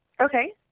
Okay